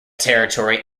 territory